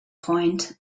point